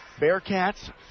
Bearcats